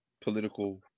political